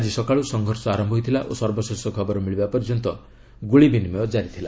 ଆଜି ସକାଳୁ ସଂଘର୍ଷ ଆରମ୍ଭ ହୋଇଥିଲା ଓ ସର୍ବଶେଷ ଖବର ମିଳିବା ପର୍ଯ୍ୟନ୍ତ ଗୁଳି ବିନିମୟ ଜାରି ଥିଲା